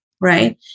right